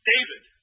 David